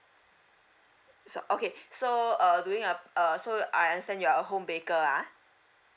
so okay so uh doing a p~ a so I understand you are a home baker ah